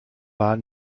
war